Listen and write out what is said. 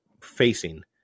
facing